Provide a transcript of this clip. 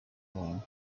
wrong